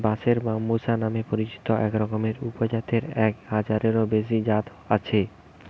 বাঁশের ব্যম্বুসা নামে পরিচিত একরকমের উপজাতের এক হাজারেরও বেশি জাত আছে